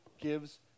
gives